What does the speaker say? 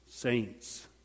Saints